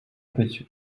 być